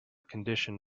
condition